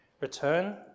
Return